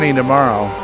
tomorrow